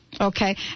okay